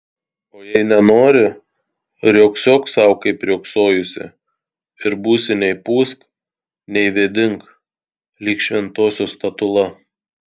o jei nenori riogsok sau kaip riogsojusi ir būsi nei pūsk nei vėdink lyg šventosios statula